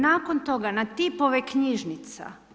Nakon toga, na tipove knjižnica.